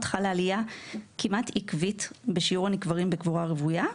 חלה עלייה כמעט עקבית בשיעור הנקברים בקבורה רוויה,